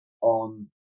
on